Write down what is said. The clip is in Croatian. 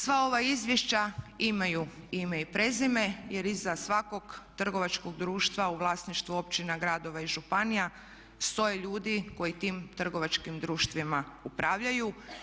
Sva ova izvješća imaju ime i prezime jer iza svakog trgovačkog društva u vlasništvu općina, gradova i županija stoje ljudi koji tim trgovačkim društvima upravljaju.